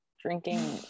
drinking